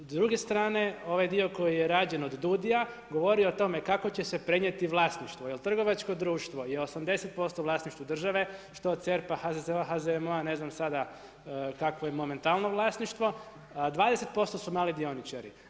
S druge strane ovaj dio koji je rađen od DUDI-a govori o tome kako će se prenijeti vlasništvo, jer trgovačko društvo je 80% u vlasništvu države što od CERPA, HZZO, HZMO, ne znam sada kakvo je momentalno vlasništvo, a 20% su mali dioničari.